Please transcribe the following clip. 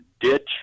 Ditch